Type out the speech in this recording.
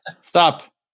Stop